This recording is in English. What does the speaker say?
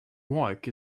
work